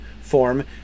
form